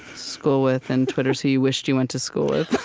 school with and twitter's who you wish you went to school